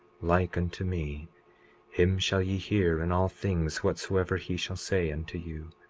like unto me him shall ye hear in all things whatsoever he shall say unto you.